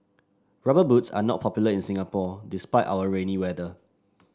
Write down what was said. rubber boots are not popular in Singapore despite our rainy weather